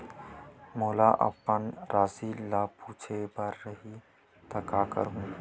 मोला अपन राशि ल पूछे बर रही त का करहूं?